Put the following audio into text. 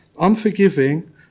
unforgiving